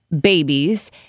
babies